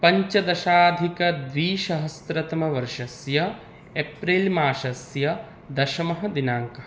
पञ्चदशाधिकद्विसहस्रतमवर्षस्य April मासस्य दशमः दिनाङ्कः